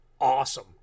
awesome